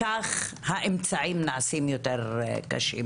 כך האמצעים נעשים יותר קשים.